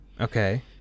Okay